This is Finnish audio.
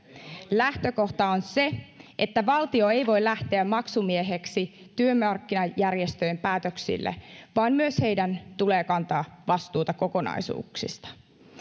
lähtökohta on se että valtio ei voi lähteä maksumieheksi työmarkkinajärjestöjen päätöksille vaan myös heidän tulee kantaa vastuuta kokonaisuuksista